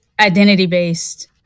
identity-based